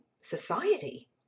society